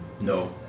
No